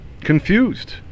confused